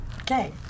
Okay